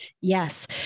Yes